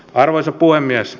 arvoisa puhemies